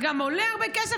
זה גם עולה הרבה כסף,